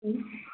हो